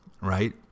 right